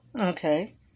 okay